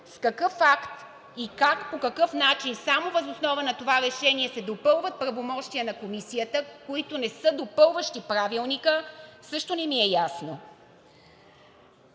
С какъв акт, как и по какъв начин само въз основа на това решение се допълват правомощията на Комисията, които не са допълващи Правилника – също не ми е ясно.